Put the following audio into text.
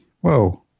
Whoa